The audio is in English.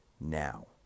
now